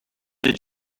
did